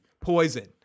Poison